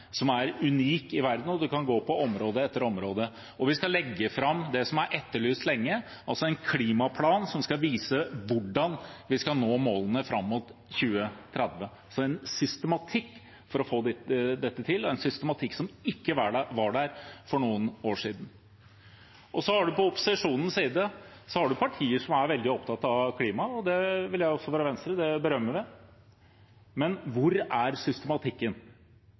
unik i verden. Man kan se på område etter område. Vi skal legge fram det som har vært etterlyst lenge: en klimaplan som skal vise hvordan vi skal nå målene fram mot 2030. Det er en systematikk for å få dette til, en systematikk som ikke var der for noen år siden. På opposisjonens side har man partier som er veldig opptatt av klima, det vil jeg også fra Venstre berømme, men hvor er systematikken? Man har Arbeiderpartiet, som snakker om at man må ha en rettferdig klimapolitikk. Det skal vi selvfølgelig ha, men det minst rettferdige er